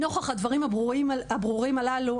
נוכח הדברים הברורים הללו,